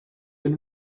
wenn